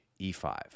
e5